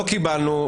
לא קיבלנו.